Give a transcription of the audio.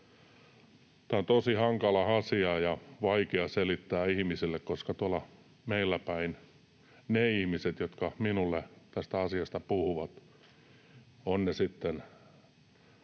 Tämä on tosi hankala asia ja vaikea selittää ihmisille, koska tuolla meilläpäin ne ihmiset, jotka minulle tästä asiasta puhuvat, ovat ne sitten